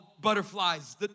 butterflies